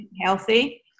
healthy